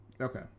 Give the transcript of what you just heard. okay